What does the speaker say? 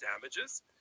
damages